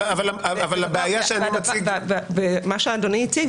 מה שאדוני הציג,